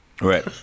Right